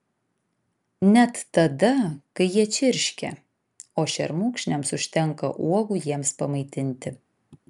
net tada kai jie čirškia o šermukšniams užtenka uogų jiems pamaitinti